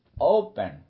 open